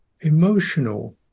emotional